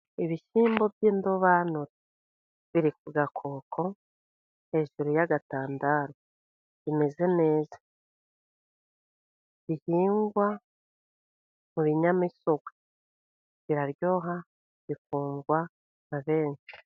Ibishyimbo by'indobanure biri ku gakoko hejuru y'agatandaro kameze neza bihingwa mu binyamisogwe biraryoha, bihingwa na benshi.